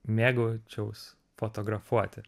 mėgaučiaus fotografuoti